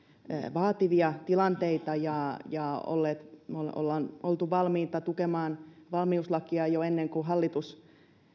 vaativia tilanteita ja ja olemme olleet valmiita tukemaan valmiuslakia ilmeisesti jo ennen kuin hallitus